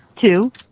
Two